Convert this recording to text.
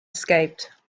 escaped